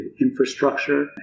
infrastructure